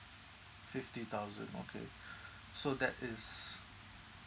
fifty thousand okay so that is